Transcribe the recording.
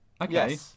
Okay